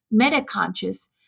metaconscious